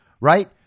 right